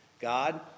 God